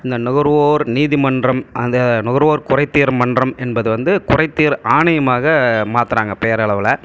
இந்த நுகர்வோர் நீதிமன்றம் அந்த நுகர்வோர் குறைதீர் மன்றம் என்பது வந்து குறைதீர் ஆணையமாக மாற்றுறாங்க பேரளவில்